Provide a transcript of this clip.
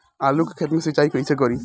आलू के खेत मे सिचाई कइसे करीं?